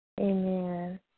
Amen